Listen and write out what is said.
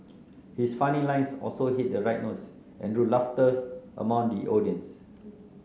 his funny lines also hit the right notes and drew laughter among the audience